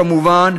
כמובן,